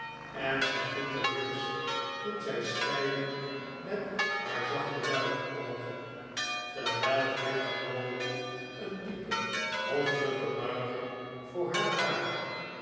en zij groette briggs toen zij scheidden met haar zachte duiven oogen terwijl pitt crawley een diepe hoffelijke buiging voor haar maakte